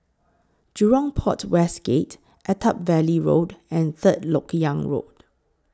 Jurong Port West Gate Attap Valley Road and Third Lok Yang Road